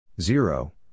Zero